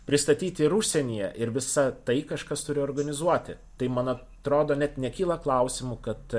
pristatyti ir užsienyje ir visą tai kažkas turi organizuoti tai mano atrodo net nekyla klausimų kad